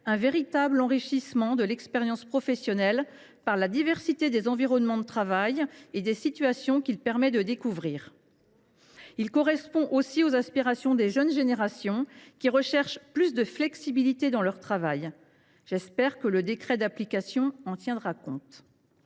un véritable enrichissement de l’expérience professionnelle, par la diversité des environnements de travail et des situations qu’il permet de découvrir. Il correspond aussi aux aspirations des jeunes générations, qui recherchent plus de flexibilité dans leur travail. J’espère que le décret d’application en tiendra compte.